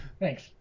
Thanks